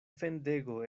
fendego